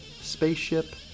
Spaceship